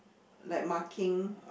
like marking